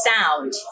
sound